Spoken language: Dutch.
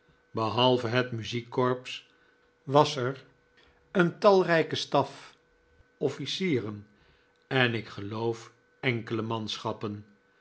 behalve het muziekkorps was er een talrijke staf officieren en ik geloof enkele manschappen